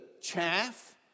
chaff